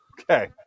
Okay